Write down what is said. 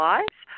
Lives